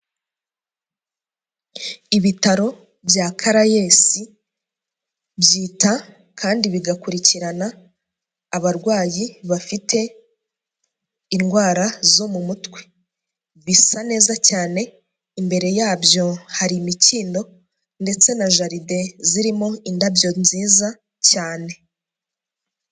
Ibitaro bya Karayesi, byita kandi bigakurikirana abarwayi bafite indwara zo mu mutwe. Bisa neza cyane, imbere yabyo hari imikindo ndetse na jaride zirimo indabyo nziza cyane.